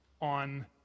on